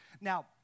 Now